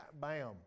bam